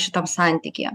šitam santykyje